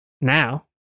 Now